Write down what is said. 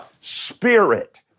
spirit